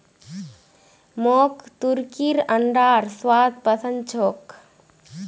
मोक तुर्कीर अंडार स्वाद पसंद छोक